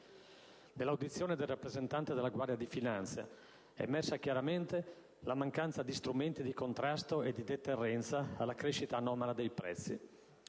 Nell'audizione del rappresentante della Guardia di finanza è emersa chiaramente la mancanza di strumenti di contrasto e di deterrenza alla crescita anomala dei prezzi.